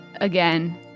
Again